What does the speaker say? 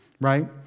right